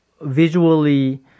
visually